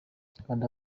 kanda